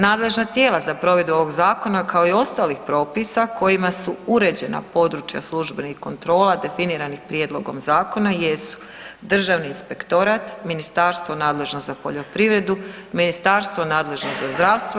Nadležna tijela za provedbu ovog zakona kao i ostalih propisa kojima su uređena područja službenih kontrola definiranih prijedlogom zakona jesu Državni inspektorat, ministarstvo nadležno za poljoprivredu, ministarstvo nadležno za zdravstvo.